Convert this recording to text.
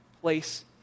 place